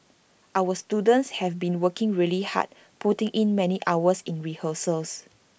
our students have been working really hard putting in many hours in rehearsals